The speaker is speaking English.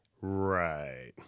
Right